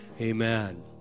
Amen